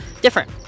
different